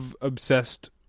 obsessed